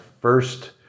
first